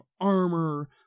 armor